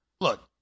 look